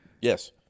Yes